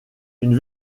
une